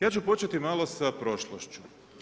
Ja ću početi malo sa prošlošću.